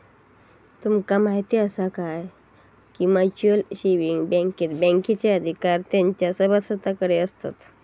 तुमका म्हायती आसा काय, की म्युच्युअल सेविंग बँकेत बँकेचे अधिकार तेंच्या सभासदांकडे आसतत